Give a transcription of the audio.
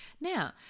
Now